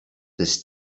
this